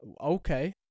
okay